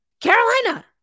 Carolina